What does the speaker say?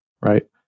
right